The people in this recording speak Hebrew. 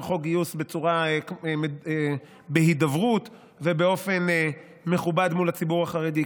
חוק גיוס בהידברות ובאופן מכובד מול הציבור החרדי,